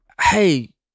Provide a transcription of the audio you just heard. hey